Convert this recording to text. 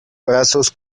brazos